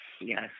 yes